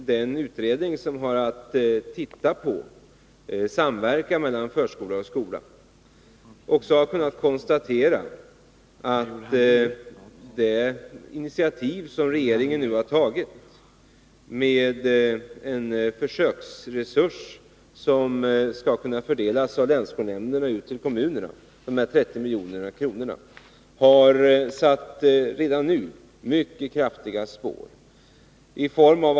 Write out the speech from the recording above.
Den utredning som har att se över samverkan mellan förskola och skola har också kunnat konstatera att regeringens initiativ med en försöksresurs på 30 milj.kr., som skall kunna fördelas mellan länsskolnämnderna, redan nu har satt mycket kraftiga spår.